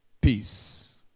peace